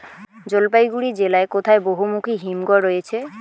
জলপাইগুড়ি জেলায় কোথায় বহুমুখী হিমঘর রয়েছে?